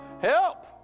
Help